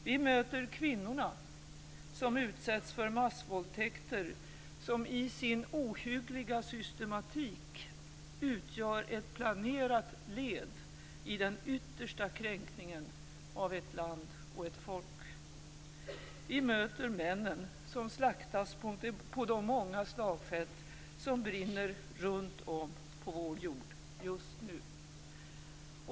Vi möter kvinnorna som utsätts för massvåldtäkter, som i sin ohyggliga systematik utgör ett planerat led i den yttersta kränkningen av ett land, ett folk. Vi möter männen som slaktas på de många slagfält som brinner runtom på vår jord, just nu.